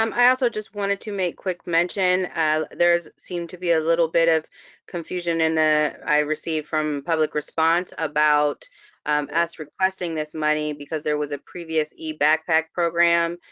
um i also just wanted to make quick mention, and there seemed to be a little bit of confusion in that i received from public response about us requesting this money, because there was a previous e-backpack program,